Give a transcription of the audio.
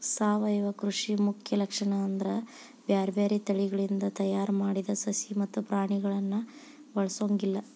ಸಾವಯವ ಕೃಷಿ ಮುಖ್ಯ ಲಕ್ಷಣ ಅಂದ್ರ ಬ್ಯಾರ್ಬ್ಯಾರೇ ತಳಿಗಳಿಂದ ತಯಾರ್ ಮಾಡಿದ ಸಸಿ ಮತ್ತ ಪ್ರಾಣಿಗಳನ್ನ ಬಳಸೊಂಗಿಲ್ಲ